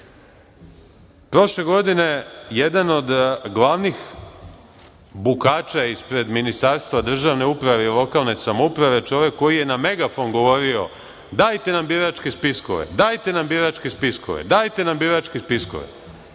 Prošle godine jedan od glavnih bukača ispred Ministarstva državne uprave i lokalne samouprave, čovek koji je na megafon govorio - dajte nam biračke spiskove, dajte nam biračke spiskove, dajte nam biračke spiskove,